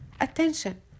attention